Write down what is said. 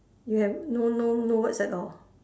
you have no no no words at all